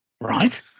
Right